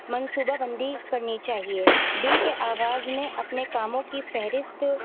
منصوبہ بندی کرنی چاہیے دن کے آغاز میں اپنے کاموں کی فہرست